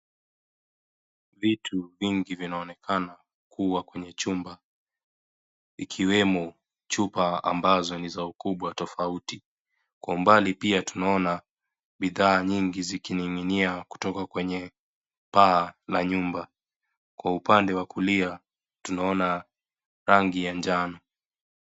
Vitu vingi vinaonekana kuwa kwenye chumba ikiwemo chupa ambazo ni za ukubwa tofauti kwa umbali pia tunaona bidhaa nyingi zikininginiia kutoka kwenye paa la nyumba kwa upande wa kulia tunaona rangi ya njano.